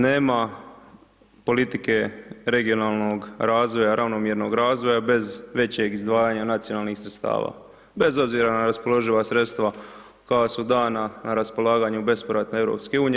Nema politike regionalnog razvoja, ravnomjernog razvoja bez većeg izdvajanja nacionalnih sredstava bez obzira na raspoloživa sredstva koja su dala na raspolaganje u bespovratna EU.